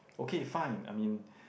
okay fine I mean